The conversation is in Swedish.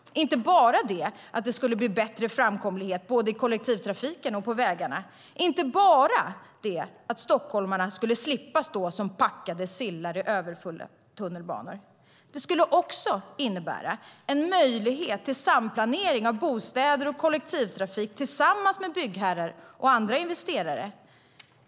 Det är inte bara det att det skulle bli bättre framkomlighet både i kollektivtrafiken och på vägarna. Det är inte bara det att stockholmarna skulle slippa stå som packade sillar i överfulla tunnelbanevagnar. Det skulle också innebära en möjlighet till samplanering av bostäder och kollektivtrafik tillsammans med byggherrar och andra investerare.